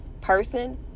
person